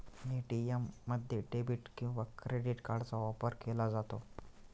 ATM मध्ये debit किंवा credit कार्डचा वापर केला जातो